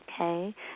Okay